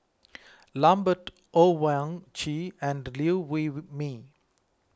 Lambert Owyang Chi and Liew Wee Mee